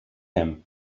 him